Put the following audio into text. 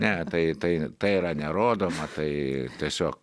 ne tai tai tai yra nerodoma tai tiesiog